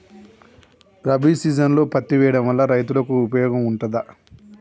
రబీ సీజన్లో పత్తి వేయడం వల్ల రైతులకు ఉపయోగం ఉంటదా?